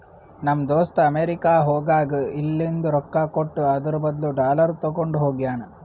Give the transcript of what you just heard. ನಮ್ ದೋಸ್ತ ಅಮೆರಿಕಾ ಹೋಗಾಗ್ ಇಲ್ಲಿಂದ್ ರೊಕ್ಕಾ ಕೊಟ್ಟು ಅದುರ್ ಬದ್ಲು ಡಾಲರ್ ತಗೊಂಡ್ ಹೋಗ್ಯಾನ್